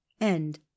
End